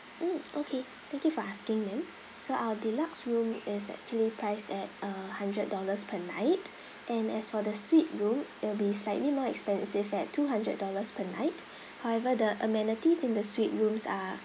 mm okay thank you for asking ma'am so our deluxe room is actually priced at uh hundred dollars per night and as for the suite room it'll be slightly more expensive at two hundred dollars per night however the amenities in the suite rooms are